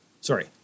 Sorry